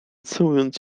całując